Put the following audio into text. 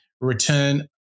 return